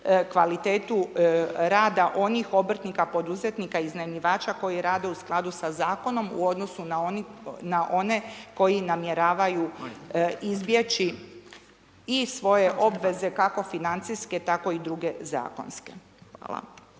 kvalitetu rada onih obrtnika, poduzetnika, iznajmljivača koji rade u skladu sa Zakonom u odnosu na one koji namjeravaju izbjeći, i svoje obveze, kako financijske, tako i druge zakonske. Hvala.